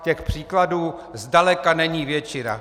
Těch příkladů zdaleka není většina.